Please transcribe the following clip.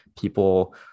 people